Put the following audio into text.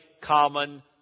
common